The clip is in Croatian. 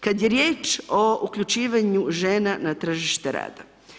Kad je riječ o uključivanju žena na tržište rada.